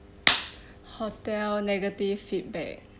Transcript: hotel negative feedback